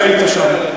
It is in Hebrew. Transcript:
אמרתי שהיית שם.